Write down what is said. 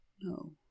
No